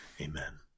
Amen